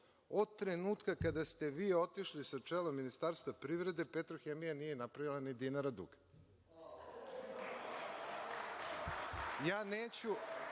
od trenutka kada ste vi otišli sa čela Ministarstva privrede, „Petrohemija“ nije napravila ni dinara duga.